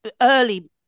early